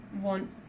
one